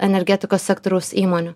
energetikos sektoriaus įmonių